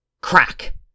crack